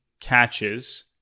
catches